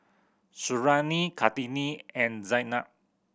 Suriani Kartini and Zaynab